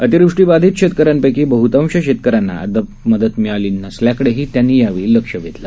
अतिवृष्टीबाधित शेतकऱ्यांपैकी बहतांश शेतकऱ्यांना अद्याप मदत मिळाली नसल्याकडे त्यांनी लक्ष वेधलं